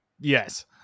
yes